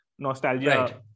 Nostalgia